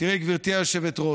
תראי, גברתי היושבת-ראש,